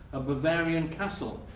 a bavarian castle.